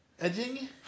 Edging